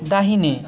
दाहिने